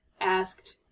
asked